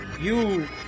you-